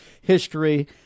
history